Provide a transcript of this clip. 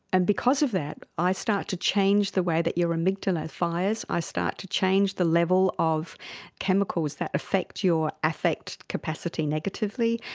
and because of that i start to change the way that your amygdala fires, i start to change the level of chemicals that affect your affect capacity negatively,